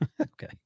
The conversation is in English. Okay